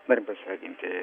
norim pasveikinti